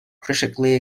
critically